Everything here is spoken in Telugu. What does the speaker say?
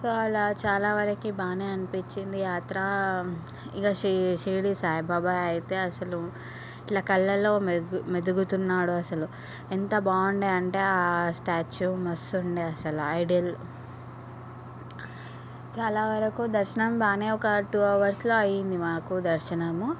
సో అలా చాలా వరకి బాగానే అనిపించింది యాత్ర ఇంకా షి షిరిడి సాయిబాబా అయితే అసలు ఇట్లా కళ్ళల్లో మెదు మెదుగుతున్నాడు అసలు ఎంత బాగుండే అంటే ఆ స్టాచ్యూ మస్తు ఉండే అసలు ఐడల్ చాలావరకు దర్శనం బాగానేఒక టూ అవర్స్లో అయ్యింది మాకు ఆ దర్శనము